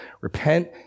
repent